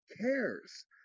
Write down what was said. cares